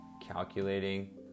calculating